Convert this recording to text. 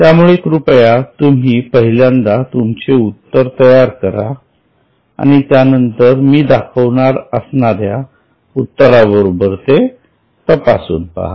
त्यामुळे कृपया तुम्ही पहिल्यांदा तुमचे उत्तर तयार करा आणि त्यानंतरच मी दाखवणार असणाऱ्या उत्तराबरोबर ते तपासून पहा